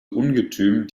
ungetüm